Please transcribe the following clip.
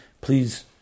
Please